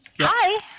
Hi